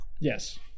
Yes